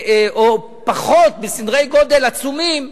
בסדרי גודל עצומים,